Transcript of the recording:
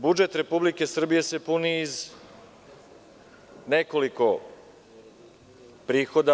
Budžet Republike Srbije se puni iz nekoliko prihoda.